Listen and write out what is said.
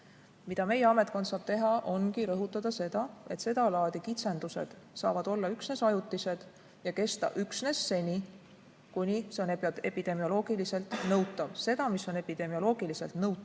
meie ametkond saab teha, ongi rõhutada seda, et sedalaadi kitsendused saavad olla üksnes ajutised ja kesta üksnes seni, kuni see on epidemioloogiliselt nõutav. Seda, mis on epidemioloogiliselt nõutav,